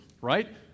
right